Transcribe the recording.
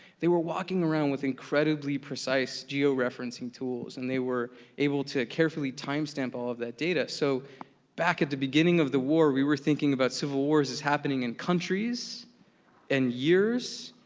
they were walking around with incredibly precise geo-referencing tools, and they were able to carefully timestamp all of that data, so back at the beginning of the war, we were thinking about civil wars as happening in countries and years,